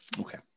Okay